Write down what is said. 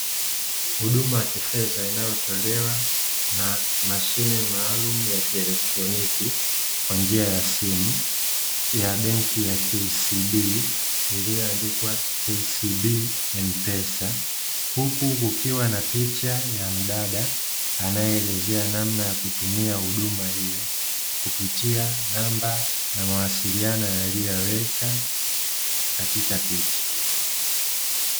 Huduma ya kifedha inayotolewa na mashine maalumu ya kielektroniki kwa njia ya simu ya benki ya "KCB" iliyoandikwa "KCB m-pesa", huku kukiwa na picha ya mdada anayelezea namna ya kutumia huduma hiyo kupitia namba na mawasiliano yaliyo yaweka katika picha.